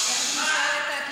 איילת,